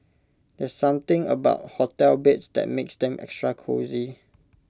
there's something about hotel beds that makes them extra cosy